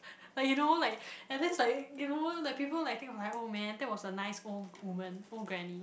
like you know like I think it's like you know like people like think of like oh man that was a nice old woman old granny